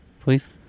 please